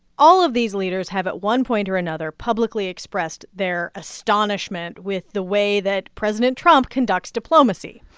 all of these leaders have, at one point or another, publicly expressed their astonishment with the way that president trump conducts diplomacy.